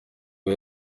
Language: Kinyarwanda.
oya